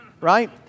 right